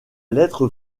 lettre